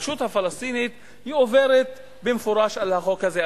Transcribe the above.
הרשות הפלסטינית עוברת במפורש על החוק הזה.